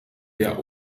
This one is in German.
der